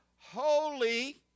holy